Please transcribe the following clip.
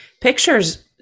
pictures